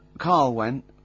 karl went,